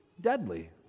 deadly